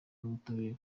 n’ubutabera